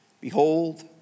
Behold